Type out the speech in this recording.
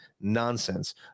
nonsense